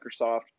Microsoft